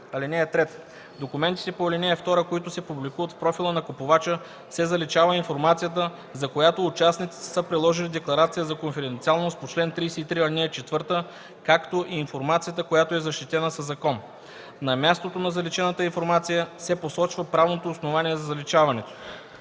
(3) В документите по ал. 2, които се публикуват в профила на купувача, се заличава информацията, за която участниците са приложили декларация за конфиденциалност по чл. 33, ал. 4, както и информацията, която е защитена със закон. На мястото на заличената информация се посочва правното основание за заличаването.